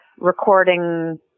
recording